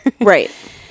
Right